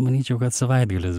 manyčiau kad savaitgalis